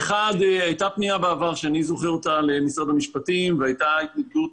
הייתה פניה בעבר שאני זוכר אותה למשרד המשפטים והייתה התנגדות